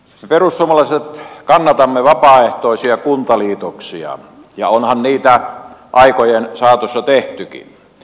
me perussuomalaiset kannatamme vapaaehtoisia kuntaliitoksia ja onhan niitä aikojen saatossa tehtykin